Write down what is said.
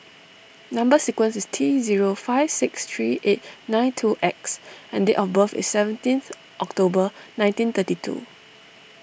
Number Sequence is T zero five six three eight nine two X and date of birth is seventeenth October nineteen thirty two